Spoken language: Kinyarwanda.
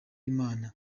imana